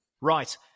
Right